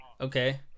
Okay